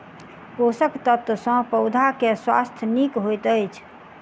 पोषक तत्व सॅ पौधा के स्वास्थ्य नीक होइत अछि